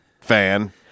fan